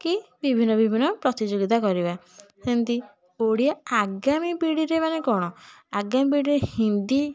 କି ବିଭିନ୍ନ ବିଭିନ୍ନ ପ୍ରତିଯୋଗିତା କରିବା ସେମିତି ଓଡ଼ିଆ ଆଗାମୀ ପିଢ଼ିରେ ମାନେ କ'ଣ ଆଗାମୀ ପିଢ଼ିରେ ହିନ୍ଦୀ